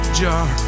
jar